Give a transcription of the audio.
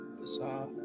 bizarre